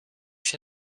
się